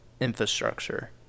infrastructure